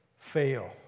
fail